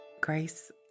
grace